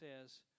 says